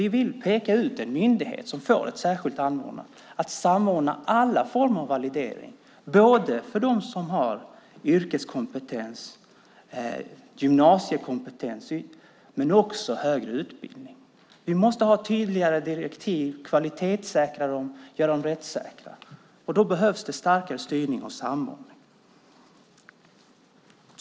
Vi vill peka ut en myndighet som får ett särskilt förordnande att samordna all form av validering, både för dem som har yrkeskompetens eller gymnasiekompetens och för dem som har högre utbildning. Vi måste ha tydligare direktiv, kvalitetssäkra dem och göra dem rättssäkra. Då behövs det en starkare styrning och samordning.